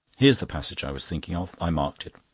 here's the passage i was thinking of. i marked it.